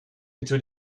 into